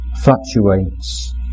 fluctuates